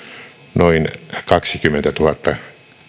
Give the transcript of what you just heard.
noin kaksikymmentätuhatta